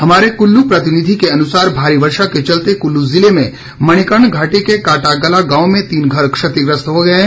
हमारे कुल्लू प्रतिनिधि के अनुसार भारी वर्षा के चलते कुल्लू जिले में मणिकर्ण घाटी के काटागला गांव में तीन घर क्षतिग्रस्त हो गए हैं